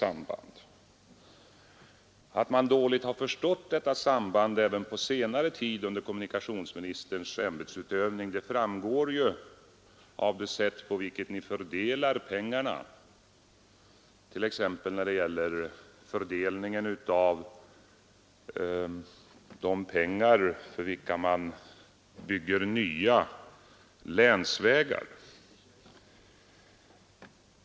Att man dåligt har förstått det sambandet även på senare tid under kommunikationsministerns ämbetsutövning framgår av det sätt på vilket man fördelar pengarna, t.ex. till byggandet av nya länsvägar.